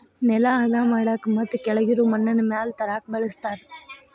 ನೆಲಾ ಹದಾ ಮಾಡಾಕ ಮತ್ತ ಕೆಳಗಿರು ಮಣ್ಣನ್ನ ಮ್ಯಾಲ ತರಾಕ ಬಳಸ್ತಾರ